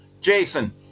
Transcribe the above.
Jason